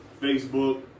Facebook